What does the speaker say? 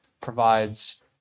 provides